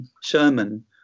Sherman